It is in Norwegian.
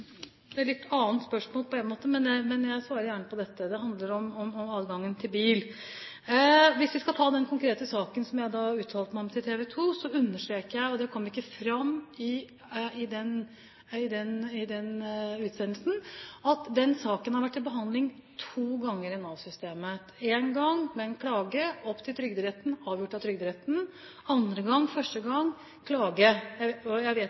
er på en måte et litt annet spørsmål, men jeg svarer gjerne på det. Det handler om adgang til bil. Hvis vi skal ta den konkrete saken som jeg uttalte meg om til TV 2, understreker jeg, og det kom ikke fram i den utsendelsen, at den saken har vært til behandling to ganger i Nav-systemet – en gang med en klage, opp til Trygderetten, avgjort av Trygderetten, og andre gang en klage. Jeg vet